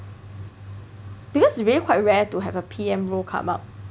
because really quite rare to have a P_M role come up